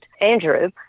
Andrew